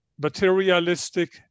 materialistic